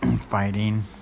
fighting